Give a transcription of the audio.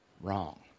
wrong